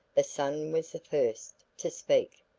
the son was the first to speak.